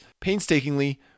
painstakingly